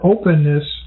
openness